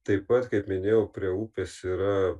taip pat kaip minėjau prie upės yra